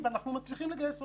כשהוא רוצה, הוא יכול לעזור לי.